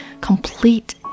complete